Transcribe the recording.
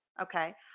Okay